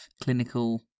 clinical